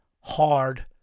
hard